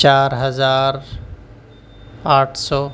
چار ہزار آٹھ سو